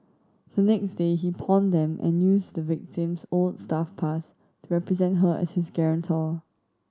the next day he pawned them and used the victim's old staff pass to represent her as his guarantor